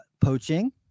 poaching